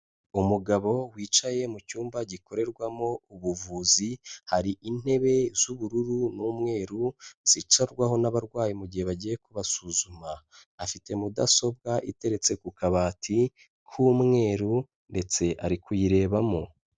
Umugabo wicaye mu cyumba gikorerwamo ubuvuzi, hari intebe z'ubururu n'umweru zicarwaho n'abarwayi mugihe bagiye kubasuzuma. Afite mudasobwa iteretse ku kabati k'umweru ndetse ari kuyirebamo.